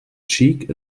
cheek